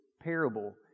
parable